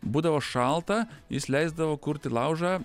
būdavo šalta jis leisdavo kurti laužą